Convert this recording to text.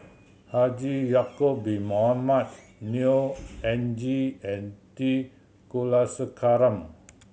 Haji Ya'acob Bin Mohamed Neo Anngee and T Kulasekaram